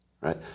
Right